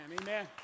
Amen